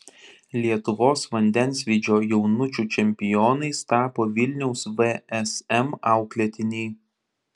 lietuvos vandensvydžio jaunučių čempionais tapo vilniaus vsm auklėtiniai